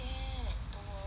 don't worry